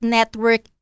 Network